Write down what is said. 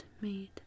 made